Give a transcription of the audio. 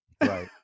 Right